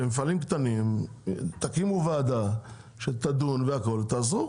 תקימו ועדה שתדון ותעזרו.